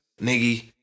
nigga